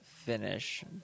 Finish